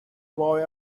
boy